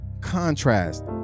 contrast